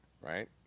Right